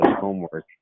homework